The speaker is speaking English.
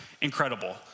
Incredible